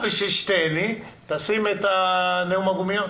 בשביל שתיהני, תשים את נאום הגומיות.